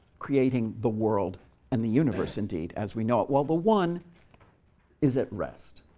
creating the world and the universe, indeed, as we know it, while the one is at rest.